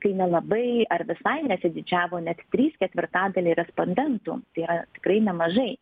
kai nelabai ar visai nesididžiavo net trys ketvirtadaliai respondentų tai yra tikrai nemažai